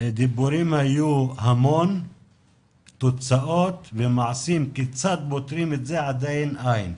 היו המון דיבורים אבל תוצאות ומעשים כיצד פותרים את זה עדיין אין.